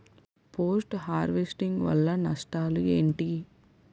Post harvesting వల్ల నష్టాలు ఏంటి?